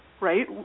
right